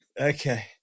Okay